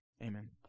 Amen